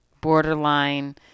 borderline